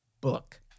book